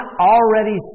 already